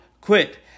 quit